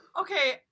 Okay